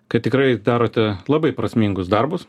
kad tikrai darote labai prasmingus darbus